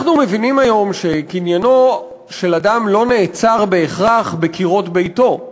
אנחנו מבינים היום שקניינו של אדם לא נעצר בהכרח בקירות ביתו.